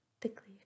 thickly